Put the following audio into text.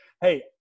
Hey